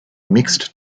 mixed